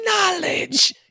knowledge